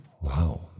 Wow